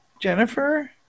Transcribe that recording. Jennifer